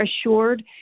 assured